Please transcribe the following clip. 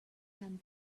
can